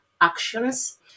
actions